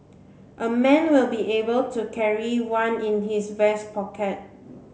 a man will be able to carry one in his vest pocket